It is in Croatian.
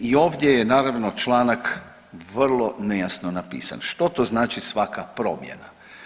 I ovdje je naravno članak vrlo nejasno napisan, što to znači svaka promjena?